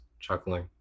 Chuckling